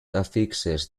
affixes